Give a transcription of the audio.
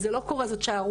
זה לא קורה וזאת שערוריה,